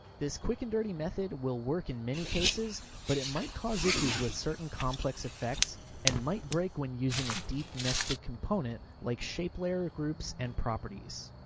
this quick and dirty method will work in many cases, but it might cause issues with certain complex effects and might break when using a deep nested component like shape layer groups and properties.